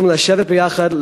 יכולים לשבת ביחד,